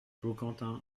baucantin